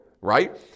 right